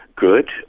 good